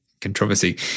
controversy